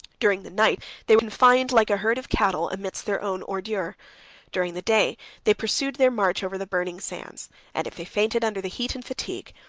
during the night they were confined, like a herd of cattle, amidst their own ordure during the day they pursued their march over the burning sands and if they fainted under the heat and fatigue,